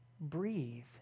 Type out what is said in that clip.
breathe